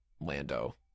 Lando